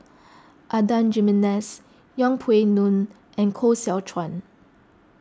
Adan Jimenez Yeng Pway Ngon and Koh Seow Chuan